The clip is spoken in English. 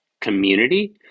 community